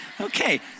Okay